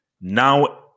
now